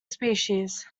species